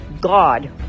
God